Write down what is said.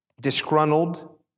disgruntled